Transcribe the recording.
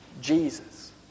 Jesus